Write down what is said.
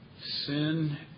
Sin